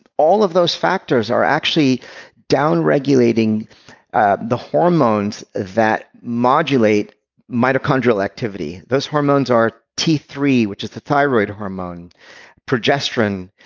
all of those factors are actually downregulating ah the hormones that modulate mitochondrial activity. those hormones are t three, which is the thyroid hormone progesterone,